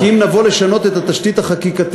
כי אם נבוא לשנות את התשתית החקיקתית,